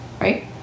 right